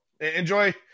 Enjoy